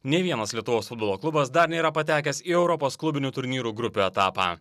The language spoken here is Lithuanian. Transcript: nei vienas lietuvos futbolo klubas dar nėra patekęs į europos klubinių turnyrų grupių etapą